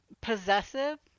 possessive